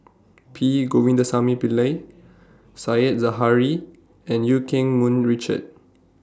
P Govindasamy Pillai Said Zahari and EU Keng Mun Richard